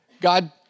God